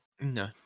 No